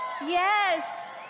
Yes